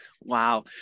Wow